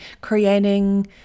creating